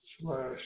slash